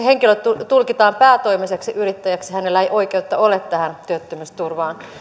henkilö tulkitaan päätoimiseksi yrittäjäksi hänellä ei oikeutta ole tähän työttömyysturvaan